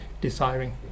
desiring